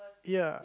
ya